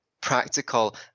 practical